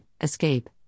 escape